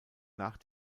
nach